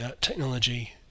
technology